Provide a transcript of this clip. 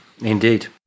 Indeed